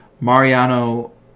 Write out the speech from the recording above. Mariano